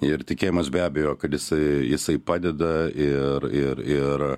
ir tikėjimas be abejo kad jisai jisai padeda ir ir ir